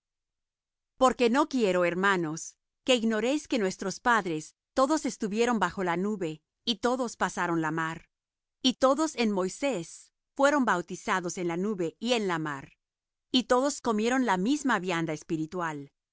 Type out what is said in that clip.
porque no quiero hermanos que ignoréis que nuestros padres todos estuvieron bajo la nube y todos pasaron la mar y todos en moisés fueron bautizados en la nube y en la mar y todos comieron la misma vianda espiritual